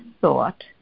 thought